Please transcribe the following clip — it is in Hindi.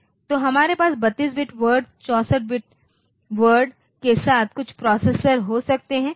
तो हमारे पास 32 बिट वर्ड 64 वर्ड के साथ कुछ प्रोसेसर हो सकते हैं